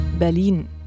Berlin